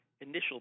initial